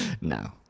No